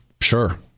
Sure